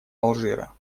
алжира